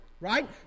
Right